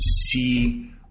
see